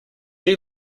you